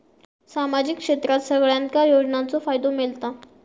सामाजिक क्षेत्रात सगल्यांका योजनाचो फायदो मेलता?